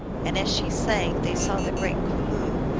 and as she sang they saw the great cul loo,